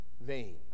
vain